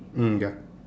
mm ya